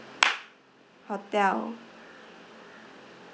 hotel